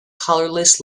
colourless